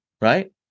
right